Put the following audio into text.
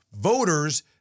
voters